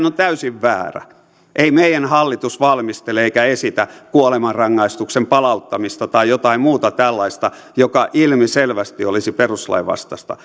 on täysin väärä ei meidän hallitus valmistele eikä esitä kuolemanrangaistuksen palauttamista tai jotain muuta tällaista joka ilmiselvästi olisi perustuslain vastaista